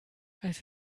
als